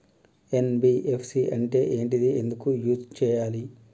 NBFC అంటే ఏంటిది ఎందుకు యూజ్ చేయాలి?